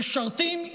משרתים,